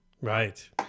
Right